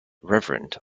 reverend